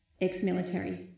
Ex-military